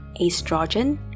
estrogen